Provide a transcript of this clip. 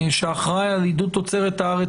שאחראי על עידוד תוצרת הארץ,